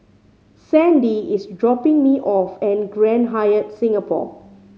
Sandie is dropping me off at Grand Hyatt Singapore